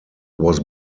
was